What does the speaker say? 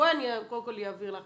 בואי אני קודם כול אבהיר לך,